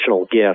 gift